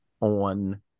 on